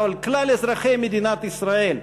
אבל כלל אזרחי מדינת ישראל.